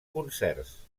concerts